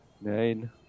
nine